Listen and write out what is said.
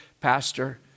pastor